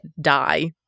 die